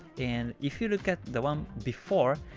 and if you look at the one before,